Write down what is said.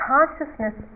Consciousness